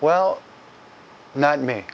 well not me